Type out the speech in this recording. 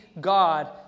God